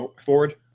forward